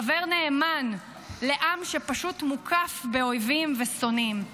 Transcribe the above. חבר נאמן לעם שפשוט מוקף באויבים ושונאים.